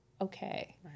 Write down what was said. okay